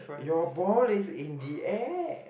your ball is in the air